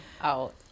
out